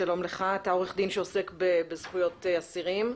שלום לך, אתה עורך דין שעוסק בזכויות אסירים,